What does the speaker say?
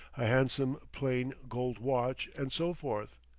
a handsome, plain gold watch, and so forth.